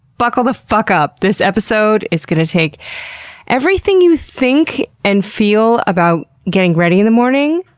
buckle the fuck up! this episode is gonna take everything you think and feel about getting ready in the morning,